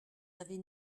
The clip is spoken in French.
avez